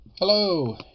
Hello